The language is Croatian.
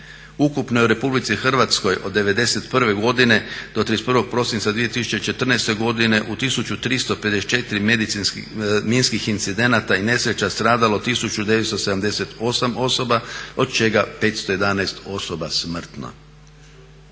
Ukupno je u RH od '91.godine do 31.prosinca 2014.godine u 1354 minskih incidenata i nesreća stradalo 1978 osoba od čega 511 osoba smrtno.